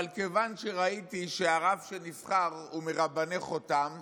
אבל כיוון שראיתי שהרב שנבחר הוא מרבני חותם,